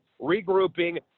regrouping